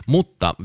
Mutta